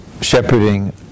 shepherding